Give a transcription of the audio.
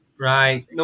Right